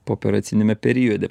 pooperaciniame periode